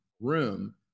room